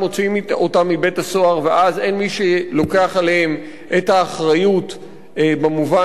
ואז אין מי שלוקח עליהם את האחריות במובן של טיפול,